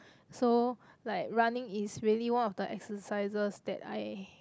so like running is really one of the exercises that I